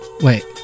Wait